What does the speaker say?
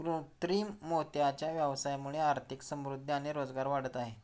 कृत्रिम मोत्यांच्या व्यवसायामुळे आर्थिक समृद्धि आणि रोजगार वाढत आहे